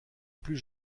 plus